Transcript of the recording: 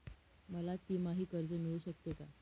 मला तिमाही कर्ज मिळू शकते का?